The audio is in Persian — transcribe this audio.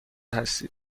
هستید